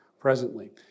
presently